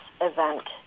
event